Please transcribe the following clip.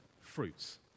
fruits